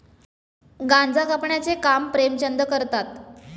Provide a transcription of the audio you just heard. गांजा कापण्याचे काम प्रेमचंद करतात